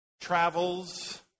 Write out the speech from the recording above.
travels